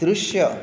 दृश्य